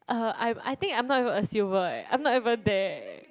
uh I'm I think I'm not even a silver eh I'm not even there eh